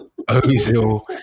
Ozil